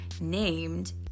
named